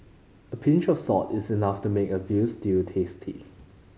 a pinch of salt is enough to make a veal stew tasty